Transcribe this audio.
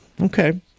okay